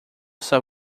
essa